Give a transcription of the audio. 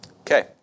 Okay